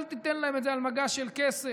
אל תיתן להם את זה על מגש של כסף.